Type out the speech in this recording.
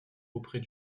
auprès